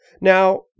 Now